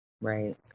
Right